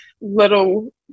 little